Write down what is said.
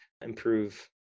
improve